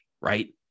right